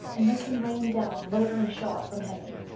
and make him rain down murdering shot from heaven,